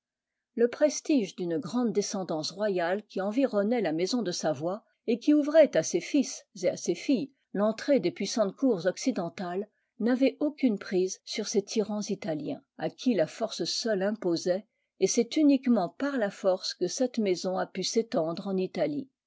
le prestige d'une grande descendance royale qui environnait la maison de savoie et qui ouvrait à ses fils et à ses filles l'entrée des puissantes cours occidentales n'avait aucune prise sur ces tyrans italiens à qui la force seule imposait et c'est uniquement par la force que cette maison a pu s'étendre en italie